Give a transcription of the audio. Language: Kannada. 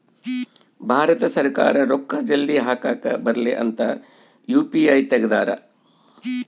ಭಾರತ ಸರ್ಕಾರ ರೂಕ್ಕ ಜಲ್ದೀ ಹಾಕಕ್ ಬರಲಿ ಅಂತ ಯು.ಪಿ.ಐ ತೆಗ್ದಾರ